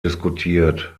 diskutiert